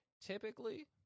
Typically